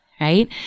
right